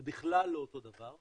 זה בכלל לא אותו דבר.